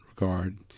regard